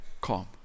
Calm